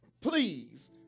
please